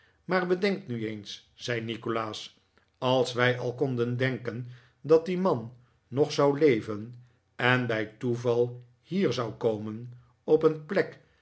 maar bedenk nu eens zei nikolaas als wij al konden denken dat die man nog zou leven en bij toeval hier zou komen op een plek